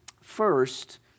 First